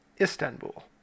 Istanbul